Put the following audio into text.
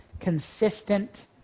consistent